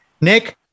Nick